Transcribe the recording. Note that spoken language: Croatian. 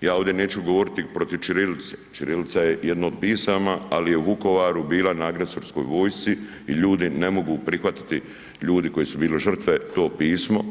Ja ovdje neću govoriti protiv ćirilice, ćirilica je jedno od pisama ali je u Vukovaru bila na agresorskoj vojsci i ljudi ne mogu prihvatiti, ljudi koji su bili žrtve to pismo